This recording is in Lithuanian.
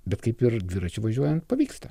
bet kaip ir dviračiu važiuojant pavyksta